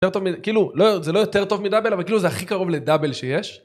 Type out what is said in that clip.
כאילו, לא... זה לא יותר טוב מאדבל, אבל כאילו זה הכי קרוב לדאבל שיש.